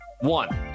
One